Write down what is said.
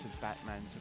batman